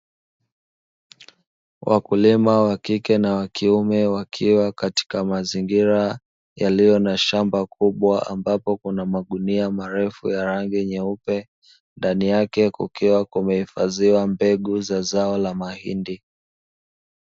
Wakulima wa kike na wa kiume wakiwa katika mazingira, yaliyo na shamba kubwa ambapo kuna magunia marefu ya rangi nyeupe, ndani yake kukiwa kumehifadhiwa mbegu za zao la mahindi.